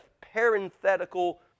parenthetical